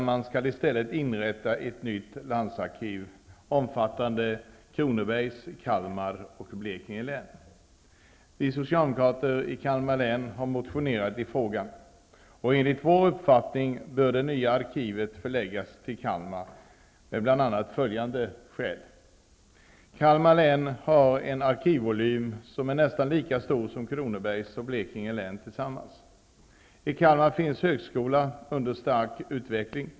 I stället skall inrättas ett nytt landsarkiv omfattande Vi socialdemokrater i Kalmar län har motionerat i frågan, och enligt vår uppfattning bör det nya arkivet förläggas till Kalmar, av bl.a. följande skäl. Kalmar län har en arkivvolym som är nästan lika stor som Kronobergs och Blekinge län tillsammans. I Kalmar finns en högskola under stark utveckling.